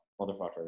Motherfucker